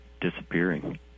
disappearing